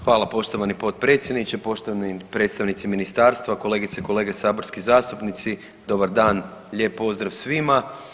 Hvala poštovani potpredsjedniče, poštovani predstavnici ministarstva, kolegice i kolege saborski zastupnici, dobar dan, lijep pozdrav svima.